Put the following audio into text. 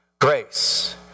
grace